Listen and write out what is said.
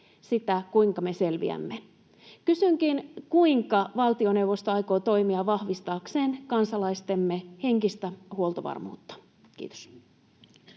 sitä, kuinka me selviämme. Kysynkin: kuinka valtioneuvosto aikoo toimia vahvistaakseen kansalaistemme henkistä huoltovarmuutta? — Kiitos.